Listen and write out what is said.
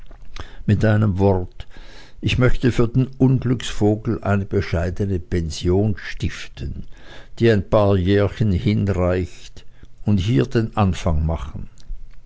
mit einem wort ich möchte für den unglücksvogel eine bescheidene pension stiften die ein paar jährchen hinreicht und hier den anfang machen